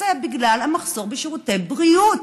זה בגלל המחסור בשירותי בריאות,